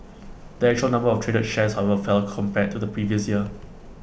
the actual number of traded shares however fell compared to the previous year